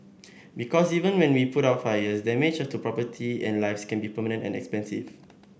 because even when we can put out the fires damage to property and lives can be permanent and expensive